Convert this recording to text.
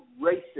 racist